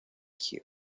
cue